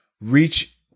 reach